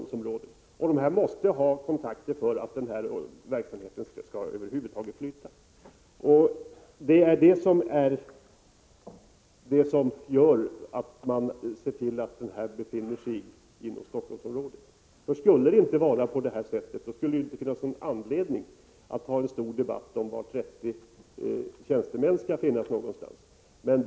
De måste ha dessa kontakter för att verksamheten över huvud taget skall flyta. Det är också anledningen till att vi anser att myndigheten skall vara lokaliserad till Stockholmsområdet — annars skulle vi inte behöva ha en stor debatt om var 30 tjänstemän skall placeras.